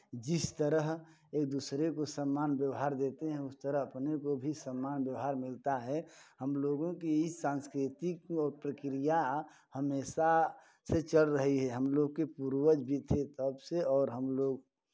जिस तरह एक दूसरे को सम्मान व्यवहार देते हैं उस तरह अपने को भी सम्मान व्यवहार मिलता है हमलोगों की इस सांस्कृतिक प्रक्रिया हमेशा से चल रही है हमलोग के पूर्वज भी थे तब से और हमलोग